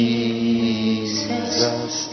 Jesus